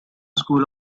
school